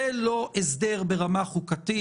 זה לא הסדר ברמה חוקתית,